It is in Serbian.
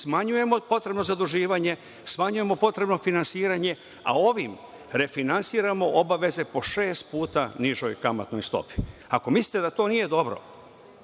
smanjujemo potrebno zaduživanje, smanjujemo potrebno finansiranje, a ovim refinansiramo obaveze po šest puta nižoj kamatnoj stopi. Ako mislite da to nije dobro,